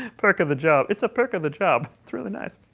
perk of the job, it's a perk of the job. it's really nice.